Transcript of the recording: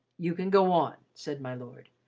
you can go on, said my lord.